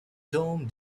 dome